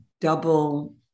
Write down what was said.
double